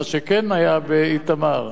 מה שכן היה באיתמר.